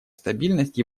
стабильность